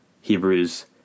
Hebrews